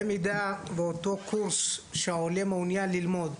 במידה ואותו קורס שהעולה מעוניין ללמוד,